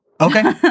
Okay